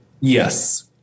Yes